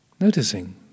noticing